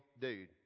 dude